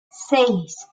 seis